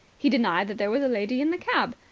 he denied that there was a lady in the cab.